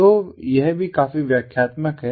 तो यह भी काफी व्याख्यात्मक है